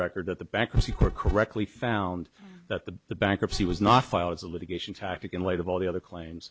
record at the bankruptcy court correctly found that the the bankruptcy was not filed as a litigation tactic in light of all the other cla